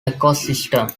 ecosystem